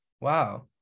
Wow